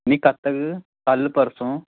ਨਹੀਂ ਕਦ ਤੱਕ ਕੱਲ੍ਹ ਪਰਸੋਂ